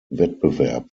wettbewerb